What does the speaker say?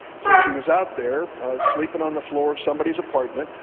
so she was out there sleeping on the floor of somebody's apartment,